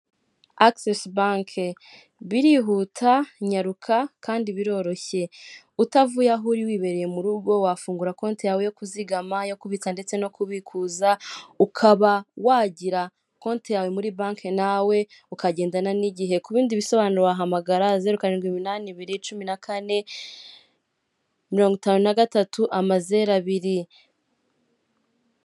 Ishami rishinzwe ubucuruzi, kandi rinini cyane rifasha abaguzi kuba bagura bisanzuye mu gihe bakeneye ibyo kurya, bakaba babibona mu buryo bworoshye cyane.